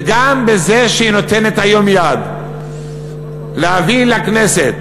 וגם בזה שהיא נותנת היום יד להביא לכנסת